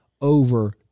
over